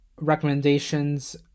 recommendations